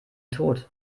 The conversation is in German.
tod